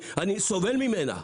אני סובל ממנה.